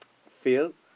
fail